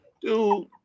dude